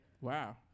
Wow